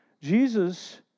Jesus